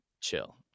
chill